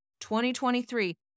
2023